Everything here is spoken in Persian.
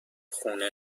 خونه